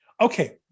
Okay